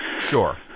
Sure